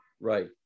Right